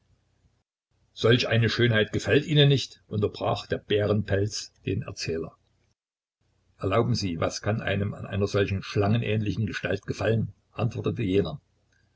solch eine schönheit gefällt ihnen nicht unterbrach der bärenpelz den erzähler erlauben sie was kann einem an einer solchen schlangenähnlichen gestalt gefallen antwortete jener